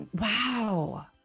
Wow